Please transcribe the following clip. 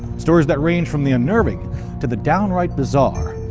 stories that range from the unnerving to the downright bizarre,